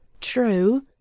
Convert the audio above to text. True